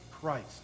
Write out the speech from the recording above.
Christ